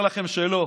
אני אומר לכם שלא.